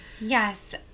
yes